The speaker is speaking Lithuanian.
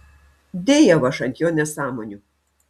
dėjau aš ant jo nesąmonių